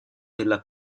della